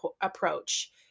approach